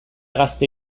gazte